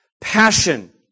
passion